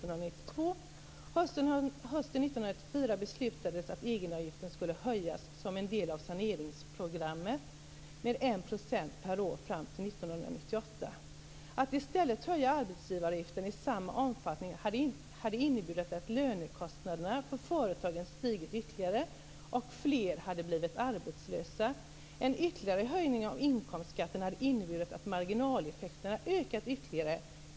Att i stället höja arbetsgivaravgiften i samma omfattning hade inneburit att lönekostnaderna för företagen hade stigit ytterligare och fler hade blivit arbetslösa.